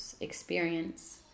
experience